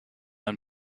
and